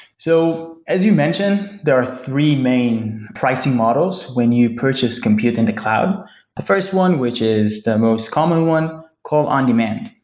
so as you mentioned, there are three main pricing models when you purchase compute in the cloud. the first one, which is the most common one, called on demand,